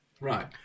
Right